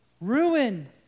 ruin